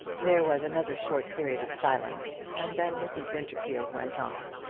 there was another short period of silence, and then mrs. winterfield went on.